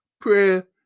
prayer